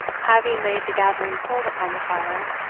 having laid the gathering-coal upon the fire,